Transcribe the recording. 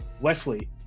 Wesley